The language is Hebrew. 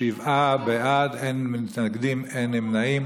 שבעה בעד, אין מתנגדים, אין נמנעים.